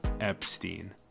Epstein